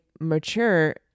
mature